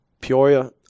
Peoria